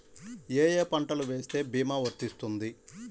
ఏ ఏ పంటలు వేస్తే భీమా వర్తిస్తుంది?